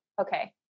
okay